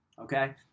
okay